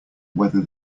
whether